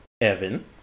evan